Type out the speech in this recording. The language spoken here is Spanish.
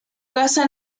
casa